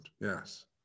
yes